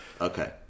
Okay